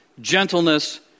gentleness